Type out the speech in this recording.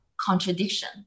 contradiction